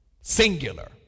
singular